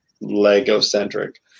Lego-centric